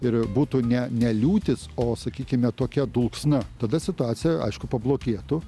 ir būtų ne ne liūtis o sakykime tokia dulksna tada situacija aišku pablogėtų